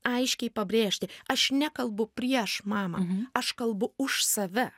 aiškiai pabrėžti aš nekalbu prieš mamą aš kalbu už save